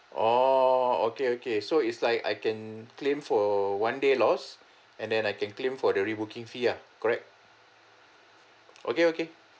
orh okay okay so is like I can claim for one day lost and then I can claim for the re-booking fee ah correct okay okay